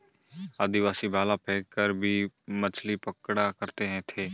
आदिवासी भाला फैंक कर भी मछली पकड़ा करते थे